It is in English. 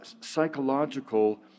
psychological